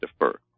defer